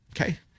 okay